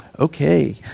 Okay